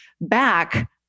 back